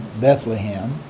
Bethlehem